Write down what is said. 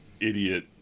idiot